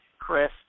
Chris